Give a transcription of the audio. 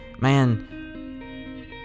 man